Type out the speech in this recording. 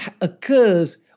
occurs